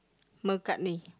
McCartney